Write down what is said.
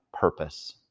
purpose